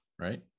right